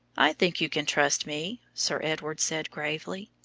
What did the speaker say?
i think you can trust me, sir edward said gravely.